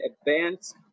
advanced